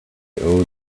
owe